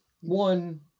One